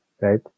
Right